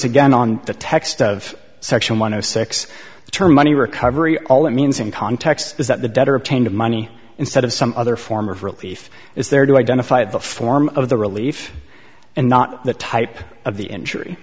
again on the text of section one of six the term money recovery all it means in context is that the debtor obtained money instead of some other form of relief is there to identify the form of the relief and not the type of the injury